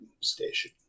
Station